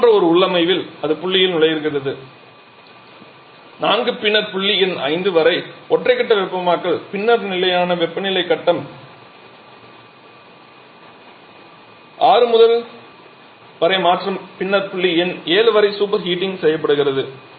இது போன்ற ஒரு உள்ளமைவில் அது புள்ளியில் நுழைகிறது 4 பின்னர் புள்ளி எண் 5 வரை ஒற்றை கட்ட வெப்பமாக்கல் பின்னர் நிலையான வெப்பநிலை கட்டம் 6 வரை மாற்றம் பின்னர் புள்ளி எண் 7 வரை சூப்பர் ஹீட்டிங்க் செய்யப்படுகிறது